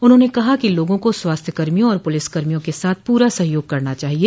उन्होंने कहा कि लोगों को स्वास्थ्य कर्मियों और पुलिस कर्मियों के साथ पूरा सहयोग करना चाहिए